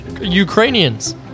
Ukrainians